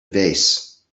vase